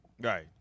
Right